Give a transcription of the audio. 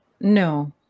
No